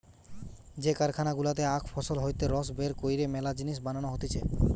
যে কারখানা গুলাতে আখ ফসল হইতে রস বের কইরে মেলা জিনিস বানানো হতিছে